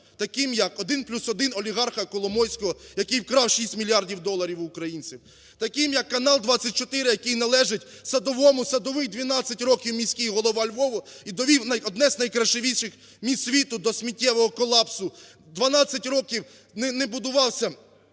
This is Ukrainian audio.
таким як "1+1" олігарха Коломойського, який вкрав 6 мільярдів доларів у українців, таким як канал "24", який належить Садовому. Садовий – 12 років міський голова Львова і довів одне з красивіших міст світу до сміттєвого колапсу. 12 років не